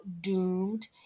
doomed